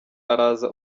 araza